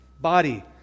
body